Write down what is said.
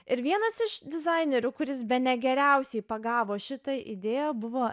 ir vienas iš dizainerių kuris bene geriausiai pagavo šitą idėją buvo